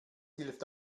hilft